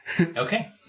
Okay